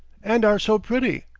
and are so pretty.